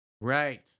right